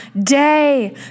day